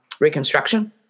Reconstruction